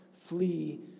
flee